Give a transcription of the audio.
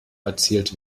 erzielt